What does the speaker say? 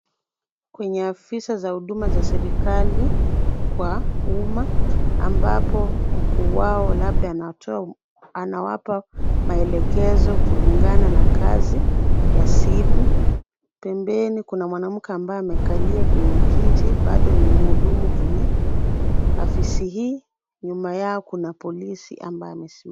Kwenye afisi za huduma za serikali kwa umma, ambapo mkuu wao labda anawapa maelekezo kulingana na kazi ya siku, pembeni kuna mwanamke ambaye amekalia kwenye kiti bado ni mhudumu kwenye afisi hii ,nyuma yao kuna polisi ambaye amesimama.